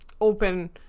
open